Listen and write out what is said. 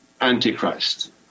Antichrist